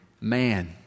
man